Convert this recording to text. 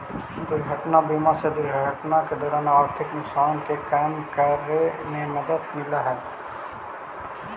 दुर्घटना बीमा से दुर्घटना के दौरान आर्थिक नुकसान के कम करे में मदद मिलऽ हई